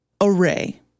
array